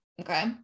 Okay